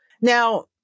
now